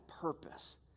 purpose